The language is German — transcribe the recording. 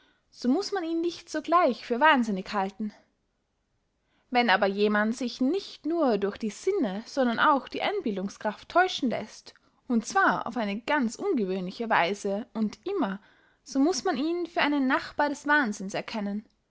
so muß man ihn nicht sogleich für wahnsinnig halten wenn aber jemand sich nicht nur durch die sinne sondern auch die einbildungskraft täuschen läßt und zwar auf eine ganz ungewöhnliche weise und immer so muß man ihn für einen nachbar des wahnsinns erkennen